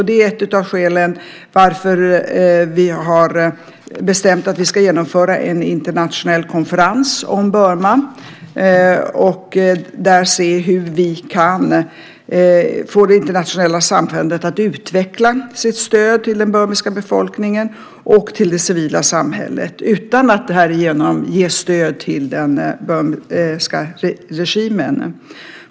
Det är ett av skälen till att vi har bestämt att vi ska genomföra en internationell konferens om Burma. Där ska vi se hur vi kan få det internationella samfundet att utveckla sitt stöd till den burmesiska befolkningen och till det civila samhället utan att därigenom ge stöd till den burmesiska regimen.